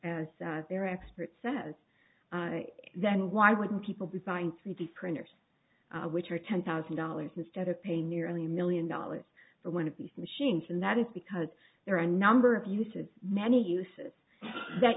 as their expert says then why wouldn't people be buying three d printers which are ten thousand dollars instead of paying nearly a million dollars for one of these machines and that is because there are a number of uses many uses that